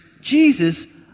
Jesus